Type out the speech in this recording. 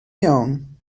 iawn